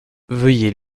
veuillez